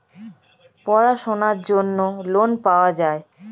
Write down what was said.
পড়াশোনার জন্য লোন পাওয়া যায়